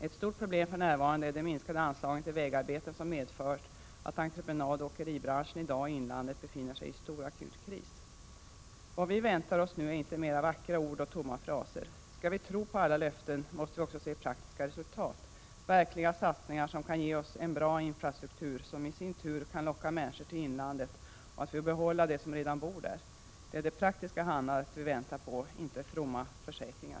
Ett stort problem för närvarande är de minskade anslagen till vägarbeten, som medfört att entreprenadoch åkeribranschen i dag i inlandet befinner sig i stor akut kris. Vad vi väntar oss nu är inte mera vackra ord och tomma fraser. Skall vi tro på alla löften, måste vi också se praktiska resultat, verkliga satsningar som kan ge oss en bra infrastruktur, som i sin tur kan locka människor till inlandet —- och som medför att vi får behålla dem som redan bor där. Det är det praktiska handlandet vi väntar på, inte fromma försäkringar.